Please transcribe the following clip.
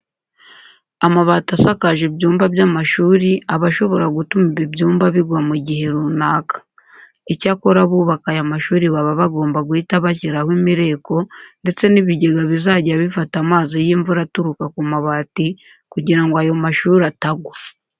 Amabati asakaje ibyumba by'amashuri aba ashobora gutuma ibi byumba bigwa mu gihe runaka. Icyakora abubaka aya mashuri baba bagomba guhita bashyiraho imireko ndetse n'ibigega bizajya bifata amazi y'imvura aturuka ku mabati kugira ngo ayo mashuri atagwa.